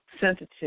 sensitive